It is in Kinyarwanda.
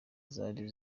zari